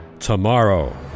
Tomorrow